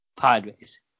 Padres